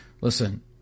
listen